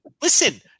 Listen